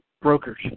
brokers